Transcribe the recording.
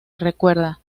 recuerda